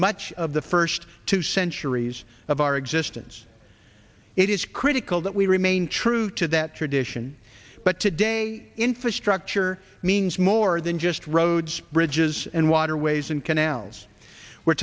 much of the first two centuries of our existence it is critical that we remain true to that tradition but today infrastructure means more than just roads bridges and waterways and canals we're